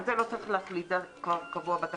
על זה לא צריך להחליט, זה כבר קבוע בתקנון.